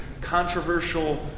controversial